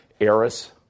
Eris